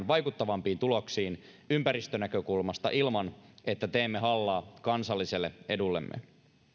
vaikuttavampiin tuloksiin ympäristönäkökulmasta ilman että teemme hallaa kansalliselle edullemme